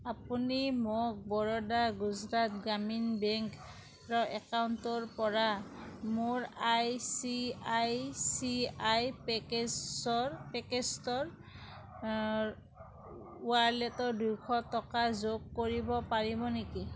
আপুনি মোক বৰোডা গুজৰাট গ্ৰামীণ বেংকৰ একাউণ্টৰ পৰা মোৰ I C I C I পেকেজৰ পকেছটৰ ৱালেটত দুশ টকা যোগ কৰিব পাৰিব নেকি